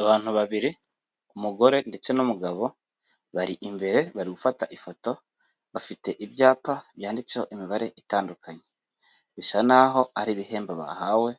Abantu babiri, umugore ndetse n'umugabo bari imbere bari gufata ifoto bafite ibyapa byanditseho imibare itandukanye, bisa n'aho ari ibihembo bahawe